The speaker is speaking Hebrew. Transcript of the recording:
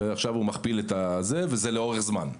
ועכשיו הוא מכפיל את התפוסה וזה לאורך זמן.